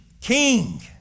king